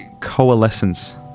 coalescence